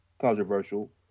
Controversial